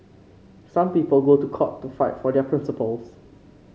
some people go to court to fight for their principles